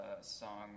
song